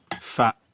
fat